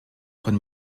von